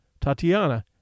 Tatiana